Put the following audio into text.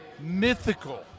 mythical